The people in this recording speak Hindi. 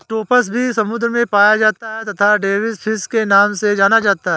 ऑक्टोपस भी समुद्र में पाया जाता है तथा डेविस फिश के नाम से जाना जाता है